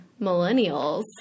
Millennials